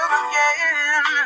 again